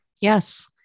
Yes